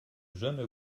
jeune